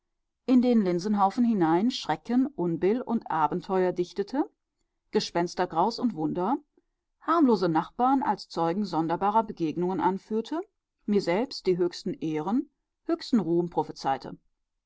in den linsenhaufen hinein schrecken unbill und abenteuer dichtete gespenstergraus und wunder harmlose nachbarn als zeugen sonderbarer begegnungen anführte mir selbst die höchsten ehren